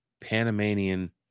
Panamanian